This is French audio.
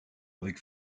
avec